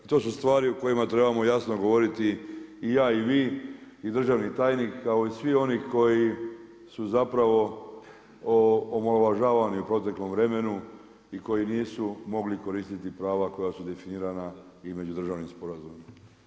I to su stvari o kojima trebamo jasno govoriti i ja i vi i državni tajnik kao i svi oni koji su zapravo omalovažavani u proteklom vremenu i koji nisu mogli koristiti prava koja su definirana i međudržavnim sporazumom.